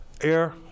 air